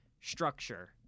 structure